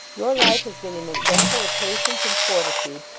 your life has been an example of patience and fortitude,